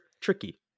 tricky